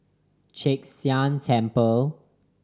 Chek Sian Temple